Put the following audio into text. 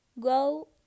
go